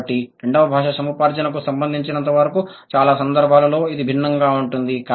కాబట్టి రెండవ భాషా సముపార్జనకు సంబంధించినంతవరకు చాలా సందర్భాలలో ఇది భిన్నంగా ఉంటుంది